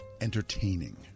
entertaining